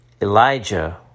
Elijah